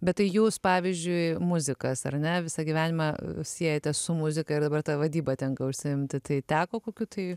bet tai jūs pavyzdžiui muzikas ar ne visą gyvenimą siejate su muzika ir dabar ta vadyba tenka užsiimti tai teko kokių tai